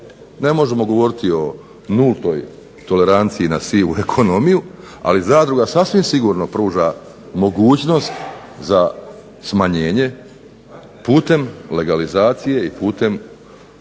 Ne možemo govoriti o nultoj toleranciji na sivu ekonomiju, ali zadruga sasvim sigurno pruža mogućnost za smanjenje putem legalizacije i putem